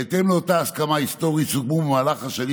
בהתאם לאותה הסכמה היסטורית סוכמו במהלך השנים